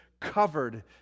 covered